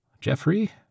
Jeffrey